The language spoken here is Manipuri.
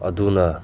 ꯑꯗꯨꯅ